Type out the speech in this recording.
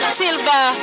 silver